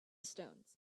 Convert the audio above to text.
stones